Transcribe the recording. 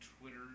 Twitter